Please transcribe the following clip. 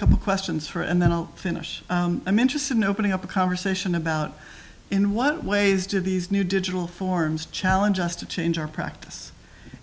a couple questions for and then i'll finish i'm interested in opening up a conversation about in what ways do these new digital forms challenge us to change our practice